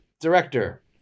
Director